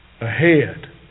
ahead